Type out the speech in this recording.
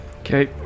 Okay